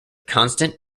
constant